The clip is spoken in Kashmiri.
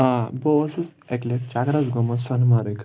آ بہٕ اوسُس اَکہِ لَٹہِ چَکرَس گوٚمُت سۄنمَرٕگ